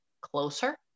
closer